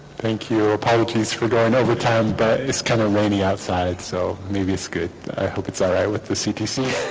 thank you apologies for going over time but it's kind of rainy outside so maybe it's good i hope it's all right with the ctc